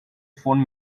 phone